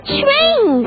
train